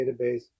database